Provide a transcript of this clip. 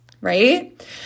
right